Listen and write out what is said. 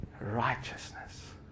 righteousness